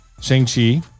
Shang-Chi